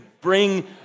bring